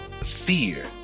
fear